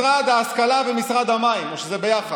משרד ההשכלה ומשרד המים, או שזה ביחד.